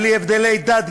בלי הבדל דת,